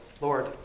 Lord